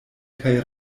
kaj